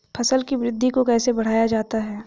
फसल की वृद्धि को कैसे बढ़ाया जाता हैं?